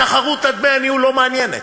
התחרות על דמי הניהול לא מעניינת.